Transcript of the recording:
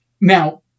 Now